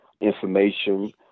information